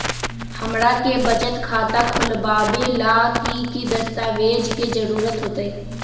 हमरा के बचत खाता खोलबाबे ला की की दस्तावेज के जरूरत होतई?